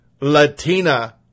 Latina